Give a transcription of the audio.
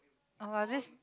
oh-my-god this